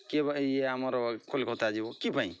କିଏ ବା ଇଏ ଆମର କୋଲକତା ଯିବ କି ପାଇଁ